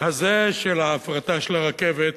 הזה של ההפרטה של הרכבת,